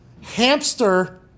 hamster